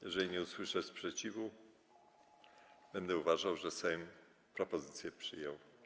Jeżeli nie usłyszę sprzeciwu, będę uważał, że Sejm propozycję przyjął.